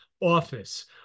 office